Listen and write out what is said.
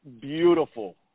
Beautiful